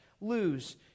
lose